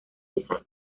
fijar